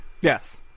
Yes